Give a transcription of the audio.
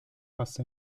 passa